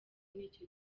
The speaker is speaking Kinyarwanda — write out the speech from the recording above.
n’icyo